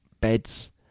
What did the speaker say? beds